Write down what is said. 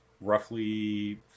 roughly